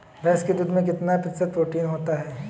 भैंस के दूध में कितना प्रतिशत प्रोटीन होता है?